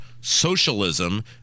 socialism